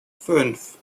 fünf